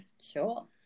Sure